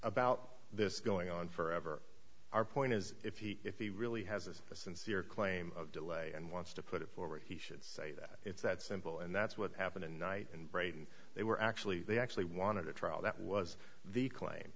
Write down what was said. about this going on forever our point is if he if he really has a sincere claim of delay and wants to put it forward he should say that it's that simple and that's what happened in knight and braden they were actually they actually wanted a trial that was the claim